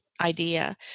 idea